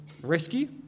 rescue